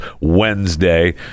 Wednesday